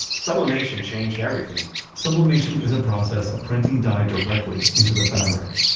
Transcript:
sublimation changed everything sublimation is a process of printing dye directly into the fabric.